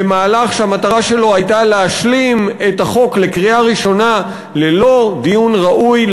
במהלך שהמטרה שלו הייתה להשלים את החוק לקריאה ראשונה ללא דיון ראוי,